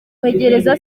kwegereza